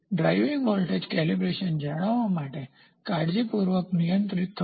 driving voltage calibration જાળવવા માટે કાળજીપૂર્વક નિયંત્રિત થવું